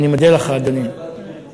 ידעתי שאתה נואם ובאתי בריצה.